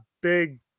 big